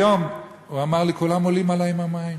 היום הוא אמר לי: כולם עולים עלי עם המים.